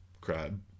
crab